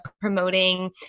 promoting